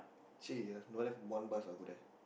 !chey! uh don't have one bus ah go there